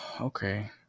okay